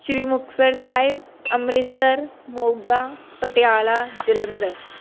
Sri Muktsar Sahib Amritsar Moga Patiala Jalandhar